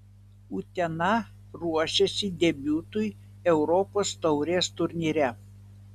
utena ruošiasi debiutui europos taurės turnyre